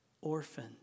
orphan